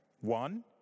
one